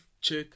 check